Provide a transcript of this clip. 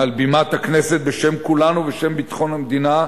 מעל בימת הכנסת, בשם כולנו ובשם ביטחון המדינה,